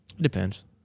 Depends